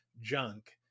junk